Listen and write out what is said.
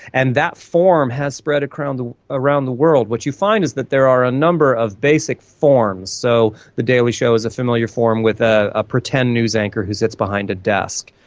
and that form has spread around the around the world. what you find is that there are a number of basic forms. so the daily show is a familiar form with a a pretend news anchor who sits behind a desk.